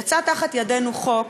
יצא מתחת ידינו חוק